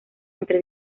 entre